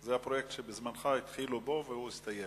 שזה הפרויקט שהתחילו בו בזמנך והוא הסתיים.